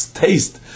taste